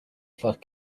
flood